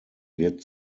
wird